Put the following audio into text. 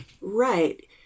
Right